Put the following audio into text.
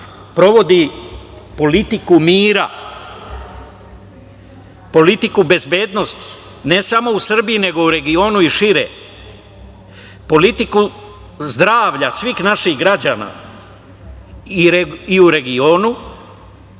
provodi politiku mira, politiku bezbednosti, ne samo u Srbiji, nego i u regionu i šire, politiku zdravlja svih naših građana, i u regionu,